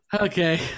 Okay